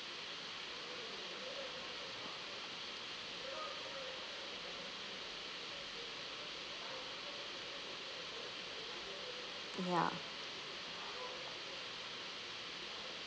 ya